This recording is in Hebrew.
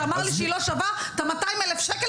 שאמר לי שהיא לא שווה את ה-200 אלף שקל